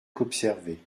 qu’observer